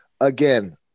again